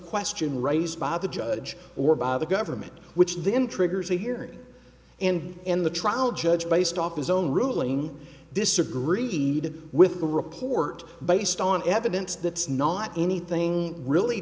question raised by the judge or by the government which then triggers a hearing and in the trial judge based off his own ruling disagreed with the report based on evidence that's not anything really